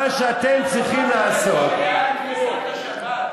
מה שאתם צריכים לעשות, על כניסת השבת.